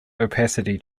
opacity